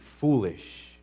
foolish